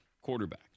quarterback